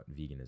veganism